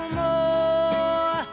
more